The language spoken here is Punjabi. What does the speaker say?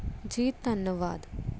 ਜੀ ਧੰਨਵਾਦ